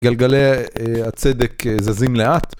גלגלי הצדק זזים לאט.